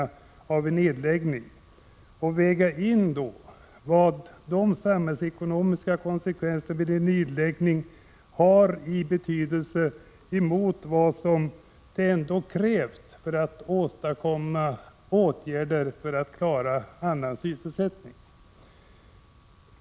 Det har vi också framhållit tidigare. Man måste göra en bedömning och väga in de samhällsekonomiska konsekvenserna vid en nedläggning och ställa dem emot vad som krävs för att klara annan sysselsättning.